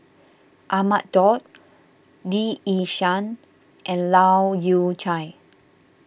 Ahmad Daud Lee Yi Shyan and Leu Yew Chye